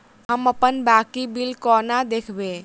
हम अप्पन बाकी बिल कोना देखबै?